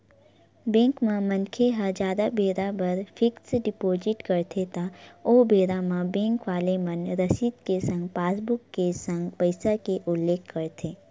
bank म मनखे ह जादा बेरा बर फिक्स डिपोजिट करथे त ओ बेरा म बेंक वाले मन रसीद के संग पासबुक के संग पइसा के उल्लेख करथे